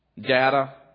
Data